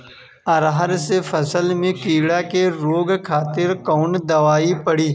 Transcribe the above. अरहर के फसल में कीड़ा के रोके खातिर कौन दवाई पड़ी?